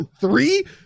three